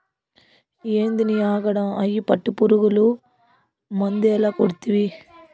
ఏందినీ ఆగడం, అయ్యి పట్టుపురుగులు మందేల కొడ్తివి